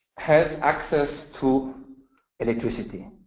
has access to electricity.